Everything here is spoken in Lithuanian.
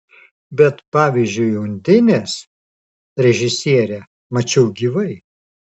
bet pavyzdžiui undinės režisierę mačiau gyvai